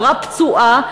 כשאתה רואה דימום,